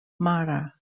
mara